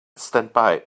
standby